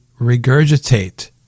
regurgitate